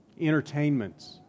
entertainments